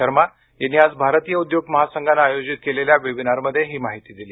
शर्मा यांनी आज भारतीय उद्योग महासंघानं आयोजित केलेल्या वेबिनारमध्ये ही माहिती दिली